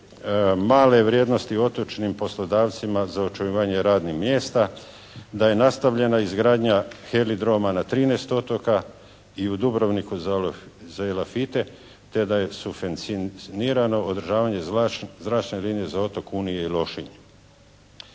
male vrijednosti otočnim poslodavcima za očuvanje radnih mjesta. Da je nastavljena izgradnja helidroma na 13 otoka i u Dubrovniku za elafite te da je subvencioniranje održavanje zračne linije za otok … /Govornik